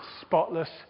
spotless